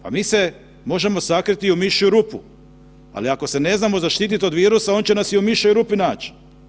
Pa mi se možemo sakriti i u mišju rupu, ali ako se ne znamo zaštititi od virusa on će nas i u mišjoj rupi nać.